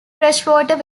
freshwater